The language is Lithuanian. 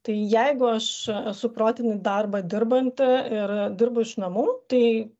tai jeigu aš esu protinį darbą dirbanti ir dirbu iš namų tai